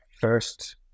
first